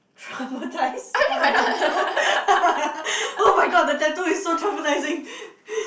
traumatized because I have tattoo [oh]-my-god the tattoo is so traumatizing